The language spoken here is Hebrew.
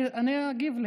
אני אגיב לך.